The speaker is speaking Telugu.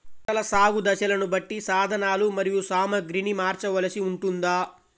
పంటల సాగు దశలను బట్టి సాధనలు మరియు సామాగ్రిని మార్చవలసి ఉంటుందా?